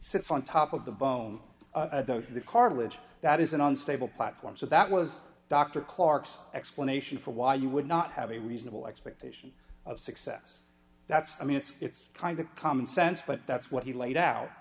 sits on top of the bone cartilage that is an unstable platform so that was dr clark's explanation for why you would not have a reasonable expectation of success that's i mean it's it's kind of common sense but that's what he laid out